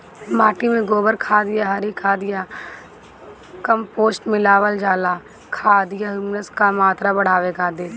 माटी में गोबर खाद या हरी खाद या कम्पोस्ट मिलावल जाला खाद या ह्यूमस क मात्रा बढ़ावे खातिर?